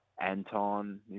Anton